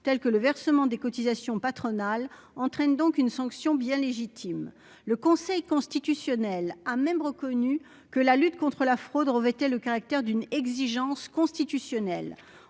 tels que le versement des cotisations patronales entraîne donc une sanction bien légitime, le Conseil constitutionnel a même reconnu que la lutte contre la fraude revêtaient le caractère d'une exigence constitutionnelle